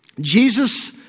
Jesus